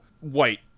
white